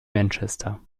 manchester